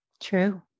True